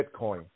Bitcoin